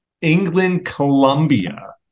England-Colombia